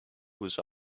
was